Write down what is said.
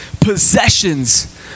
possessions